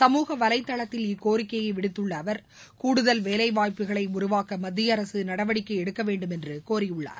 சமூக வலைதளத்தில் இக்கோரிக்கையை விடுத்துள்ள அவர் கூடுதல் வேலைவாய்ப்புகளை உருவாக்க மத்தியஅரசு நடவடிக்கை எடுக்கவேண்டும் என்று கோரியுள்ளார்